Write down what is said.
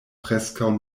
preskaŭ